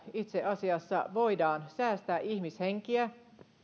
itse asiassa säästää ihmishenkiä